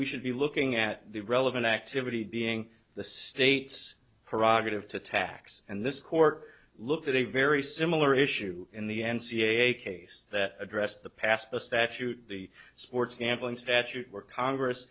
we should be looking at the relevant activity being the states parag have to tax and this court looked at a very similar issue in the n c a a case that addressed the past the statute the sports gambling statute where congress